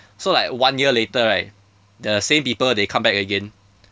so like one year later right the same people they come back again